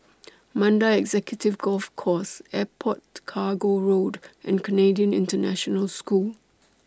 Mandai Executive Golf Course Airport Cargo Road and Canadian International School